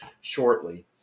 shortly